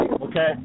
okay